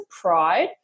pride